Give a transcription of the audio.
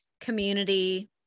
community